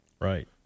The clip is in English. right